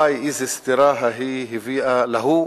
וואי, איזה סטירה ההיא הביאה להוא.